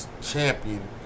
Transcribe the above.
champion